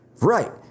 Right